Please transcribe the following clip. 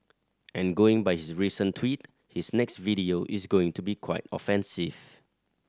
and going by his recent tweet his next video is going to be quite offensive